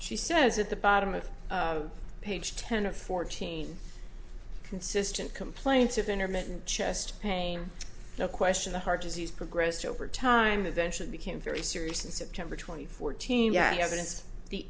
she says at the bottom of page ten of fourteen consistent complaints of intermittent chest pain no question the heart disease progressed over time eventually became very serious in september twenty four team yeah evidence the